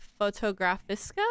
Photographiska